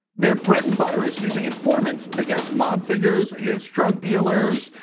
they're bread and butter is using informants against mob figures, against drug dealers,